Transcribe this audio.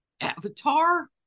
avatar